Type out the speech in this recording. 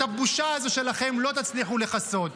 את הבושה הזאת שלכם לא תצליחו לכסות.